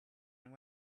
and